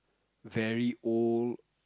very old